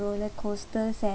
roller coasters and